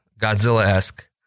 Godzilla-esque